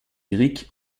lyrique